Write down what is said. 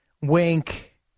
Wink